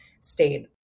state